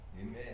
Amen